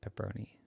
pepperoni